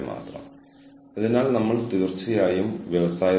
HR manager എന്ന നിലയിൽ നിങ്ങളുടെ റോളിൽ ഇതിനെ നേരിടാനുള്ള ചില വഴികൾ ഇവയാണ്